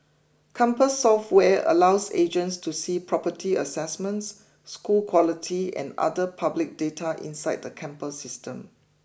compass software allows agents to see property assessments school quality and other public data inside the campus system